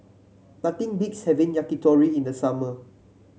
nothing beats having Yakitori in the summer